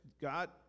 God